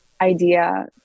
idea